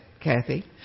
Kathy